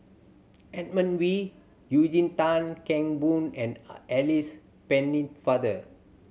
Edmund Wee Eugene Tan Kheng Boon and Alice Pennefather